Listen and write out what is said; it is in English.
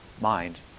mind